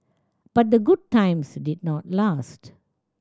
but the good times did not last